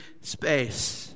space